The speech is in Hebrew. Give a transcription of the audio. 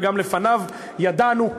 וגם לפניו ידענו,